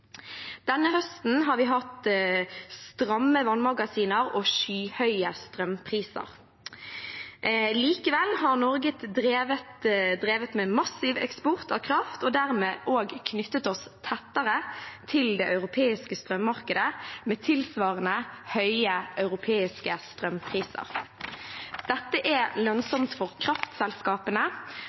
Denne høsten har vi hatt en stram situasjon i vannmagasinene og skyhøye strømpriser. Likevel har Norge drevet med massiv eksport av kraft og dermed også knyttet oss tettere til det europeiske strømmarkedet med tilsvarende høye europeiske strømpriser. Dette er lønnsomt for kraftselskapene,